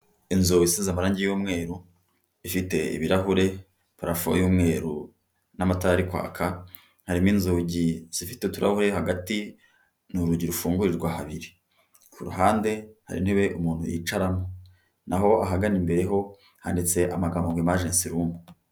Inzu isize amarangi y'umweru, ifite ibirahure, parafo y'umweru n'amata ari kwaka; harimo inzugi zifite uturahu hagati n'urugi rufungurirwa habiri, ku ruhande hari intebe umuntu yicamo, naho ahagana imbere ho handitse amagambo ngo imagensi rumu.